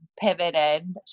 pivoted